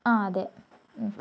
ആ അതെ